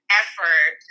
effort